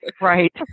Right